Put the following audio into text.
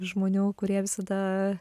žmonių kurie visada